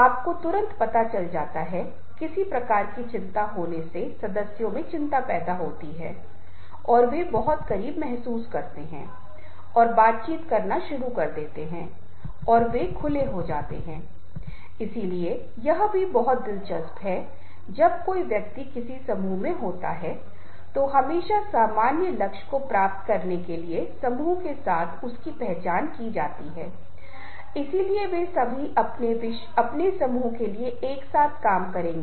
इसलिए यह शैली है यह जिस तरह के नेता काम कर रहे हैं और ये विशेषताएँ हैं ये कार्य हैं ये ऐसे तरीके हैं जो वे अनुसरण करते हैं और वे सब कुछ इस तरह से सेट करते हैं कि अंतमे वे कुछ हासिल करने में सक्षम होते हैं लक्ष्य को प्राप्त करते है और कार्य का संबंध मे वे सफल रहते हैं